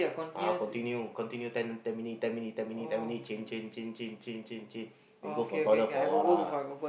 uh continue continue ten ten minute ten minute ten minute ten minute change change change change change change change then go for toilet for a while lah